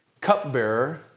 cup-bearer